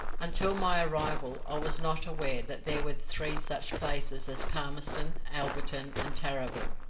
until my arrival i was not aware that there were three such places as palmerston, alberton, and tarraville,